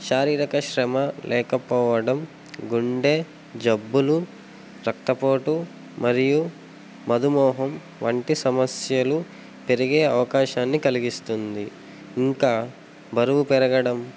శారీరక శ్రమ లేకపోవడం గుండె జబ్బులు రక్తపోటు మరియు మధుమేహం వంటి సమస్యలు పెరిగే అవకాశాన్ని కలిగిస్తుంది ఇంకా బరువు పెరగడం